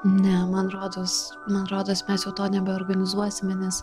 ne man rodos man rodos mes jau to nebeorganizuosime nes